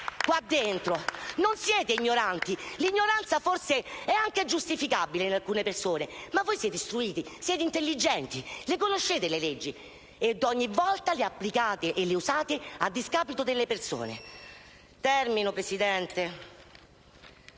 qui dentro! Non siete ignoranti! L'ignoranza forse è anche giustificabile in alcune persone, ma voi siete istruiti, intelligenti. Conoscete le leggi e, ogni volta, le applicate a discapito delle persone. In conclusione,